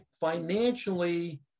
financially